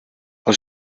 aus